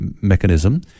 mechanism